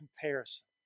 Comparison